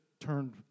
turned